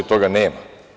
Toga nema.